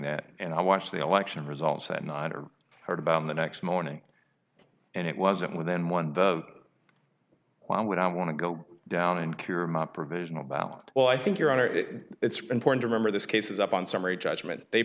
that and i watched the election results that night or heard about the next morning and it wasn't within one why would i want to go down and cure my provisional ballot well i think your honor if it's important to remember this case is up on summary judgment they